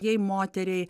jai moteriai